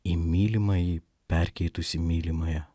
į mylimąjį perkeitusį mylimąją